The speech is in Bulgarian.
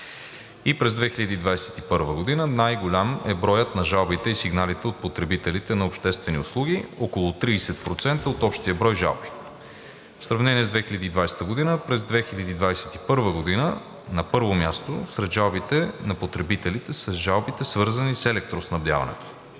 И през 2021 г. най-голям е броят на жалбите и сигналите от потребителите на обществени услуги – около 30% от общия брой жалби. В сравнение с 2020 г. през 2021 г. на първо място сред жалбите на потребителите са жалбите, свързани с електроснабдяването.